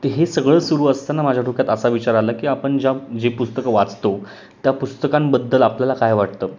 ते हे सगळं सुरू असताना माझ्या डोक्यात असा विचार आला की आपण ज्या जे पुस्तकं वाचतो त्या पुस्तकांबद्दल आपल्याला काय वाटतं